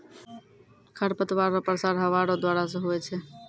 खरपतवार रो प्रसार हवा रो द्वारा से हुवै छै